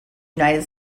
united